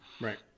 Right